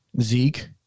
Zeke